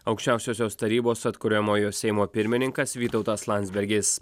aukščiausiosios tarybos atkuriamojo seimo pirmininkas vytautas landsbergis